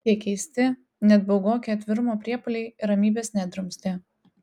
tie keisti net baugoki atvirumo priepuoliai ramybės nedrumstė